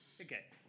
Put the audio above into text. Okay